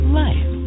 life